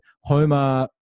Homer